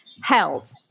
Held